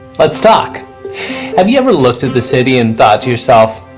let's talk. have you ever looked at the city and thought to yourself,